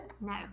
No